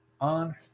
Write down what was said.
on